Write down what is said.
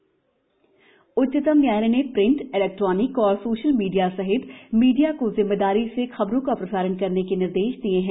media सलाह उच्चतम न्यायालय ने प्रिंट इलेक्ट्रॉनिक और सोशल मीडिया सहित मीडिया को जिम्मेदारी से खबरों का प्रसारण करने के निर्देश दिए हैं